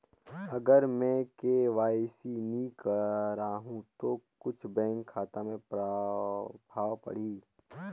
अगर मे के.वाई.सी नी कराहू तो कुछ बैंक खाता मे प्रभाव पढ़ी?